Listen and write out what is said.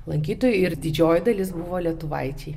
lankytojų ir didžioji dalis buvo lietuvaičiai